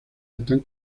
están